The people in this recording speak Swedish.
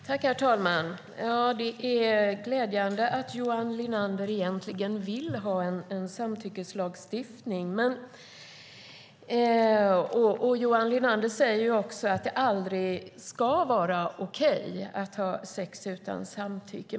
Herr talman! Det är glädjande att Johan Linander egentligen vill ha en samtyckeslagstiftning. Han säger också att det aldrig ska vara okej att ha sex utan samtycke.